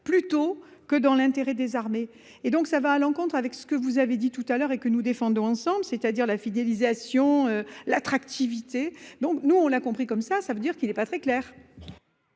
plutôt que dans l'intérêt des armées et donc ça va à l'encontre avec ce que vous avez dit tout à l'heure et que nous défendons ensemble, c'est-à-dire la fidélisation l'attractivité. Donc nous on l'a compris, comme ça, ça veut dire qu'il est pas très clair.